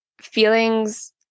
feelings